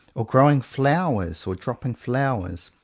or growing flowers or dropping flowers.